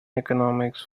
economics